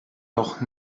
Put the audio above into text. doch